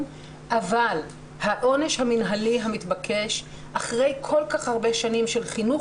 אבל העונש המינהלי המתבקש אחרי כל כך הרבה שנים של חינוך